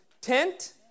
tent